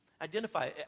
Identify